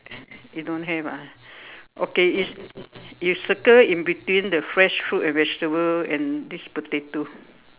you don't have ah okay is you circle in between the fresh fruit and vegetable and this potato